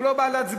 הוא לא בא להצביע.